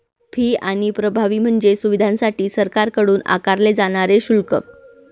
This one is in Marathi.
फी आणि प्रभावी म्हणजे सुविधांसाठी सरकारकडून आकारले जाणारे शुल्क